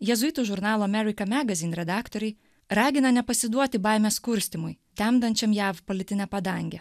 jėzuitų žurnalo amerika magazyn redaktoriai ragina nepasiduoti baimės kurstymui temdančiam jav politinę padangę